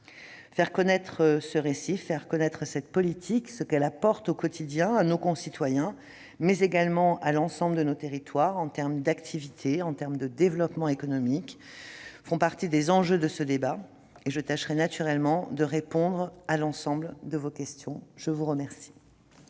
Faire connaître ce récit, faire connaître cette politique, rappeler ce qu'elle apporte au quotidien à nos concitoyens, mais également à vos territoires, en termes d'activité et de développement économique, tout cela fait partie des enjeux de ce débat. Je tâcherai naturellement de répondre à l'ensemble de vos questions. Nous allons